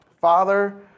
Father